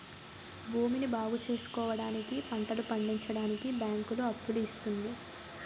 భూమిని బాగుచేసుకోవడానికి, పంటలు పండించడానికి బ్యాంకులు అప్పులు ఇస్తుంది